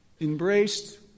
Embraced